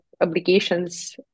obligations